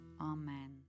Amen